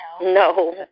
No